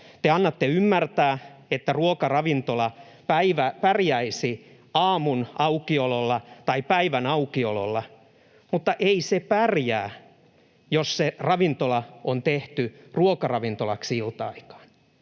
Te annatte ymmärtää, että ruokaravintola pärjäisi aamun aukiololla tai päivän aukiololla, mutta ei se pärjää, jos se ravintola on tehty ruokaravintolaksi ilta-aikaan.